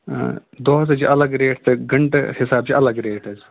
آ دۄہَس حظ چھِ اَلگ ریٹ تہٕ گَنٹہٕ حِسابہٕ چھِ اَلگ ریٹ حظ